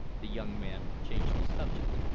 the young man changed the subject.